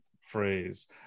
Phrase